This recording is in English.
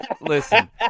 listen